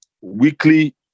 Weekly